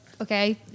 okay